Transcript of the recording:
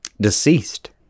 Deceased